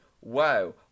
Wow